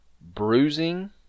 bruising